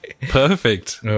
Perfect